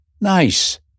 nice